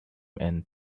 and